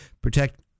protect